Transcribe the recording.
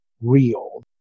real